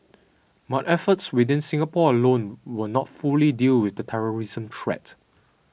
but efforts within Singapore alone will not fully deal with the terrorism threat